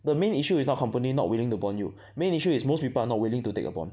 the main issue is not company not willing to bond you main issue is most people are not willing to take the bond